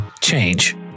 change